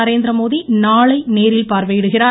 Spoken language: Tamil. நரேந்திரமோடி நாளை நேரில் பார்வையிடுகிறார்